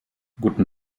guten